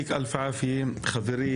חברי,